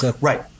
Right